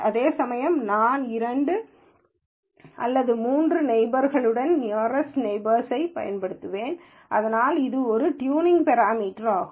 அதேசமயம் நான் இரண்டு அண்டை மூன்று நெய்பர்களுடன் நியரஸ்ட் நெய்பர்ஸைப் பயன்படுத்துவேன் அதனால் இது ஒரு ட்யூனிங் பெராமீட்டர்வாகும்